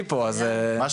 היום בשני